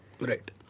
Right